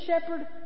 Shepherd